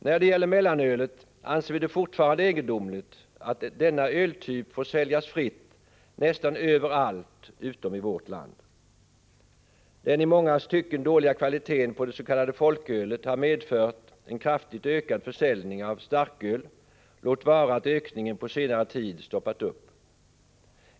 När det gäller mellanölet anser vi det fortfarande egendomligt att denna öltyp får säljas fritt nästan överallt utom i vårt land. Den i många stycken dåliga kvaliteten på dets.k. folkölet har medfört en kraftigt ökad försäljning av starköl, låt vara att ökningen på senare tid avstannat.